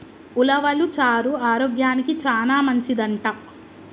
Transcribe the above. ఉలవలు చారు ఆరోగ్యానికి చానా మంచిదంట